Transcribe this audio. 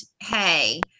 Hey